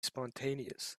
spontaneous